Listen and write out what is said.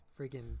freaking